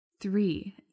Three